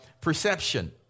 perception